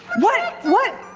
what! what!